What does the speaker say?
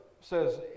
says